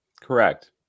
Correct